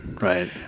Right